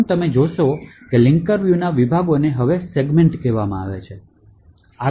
પ્રથમ તમે જોશો કે લિંકર વ્યૂના વિભાગોને હવે સેગમેન્ટ્સ કહેવામાં આવે છે